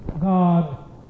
God